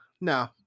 no